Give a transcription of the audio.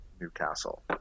newcastle